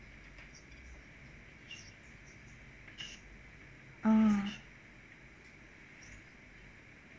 orh